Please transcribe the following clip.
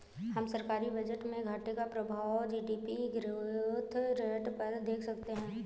हम सरकारी बजट में घाटे का प्रभाव जी.डी.पी ग्रोथ रेट पर देख सकते हैं